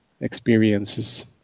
experiences